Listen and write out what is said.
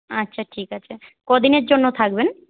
আচ্ছা ঠিক আছে কদিনের জন্য থাকবেন